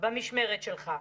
במשמרת שלך.